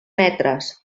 metres